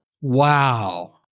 Wow